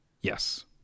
Yes